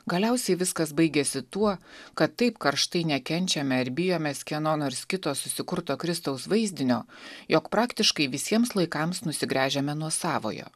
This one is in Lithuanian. galiausiai viskas baigiasi tuo kad taip karštai nekenčiame ir bijomės kieno nors kito susikurto kristaus vaizdinio jog praktiškai visiems laikams nusigręžiame nuo savojo